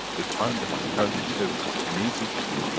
the time the physicality is here, because it needs it, to do.